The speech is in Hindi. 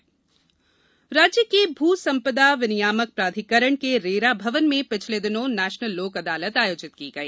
रेरा अदालत राज्य के भू संपदा विनियामक प्राधिकरण के रेरा भवन में पिछले दिनों नेशनल लोक अदालत आयोजित की गई